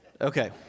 Okay